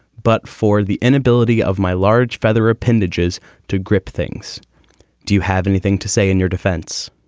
but for the inability of my large feather appendages to grip things do you have anything to say in your defense?